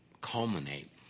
culminate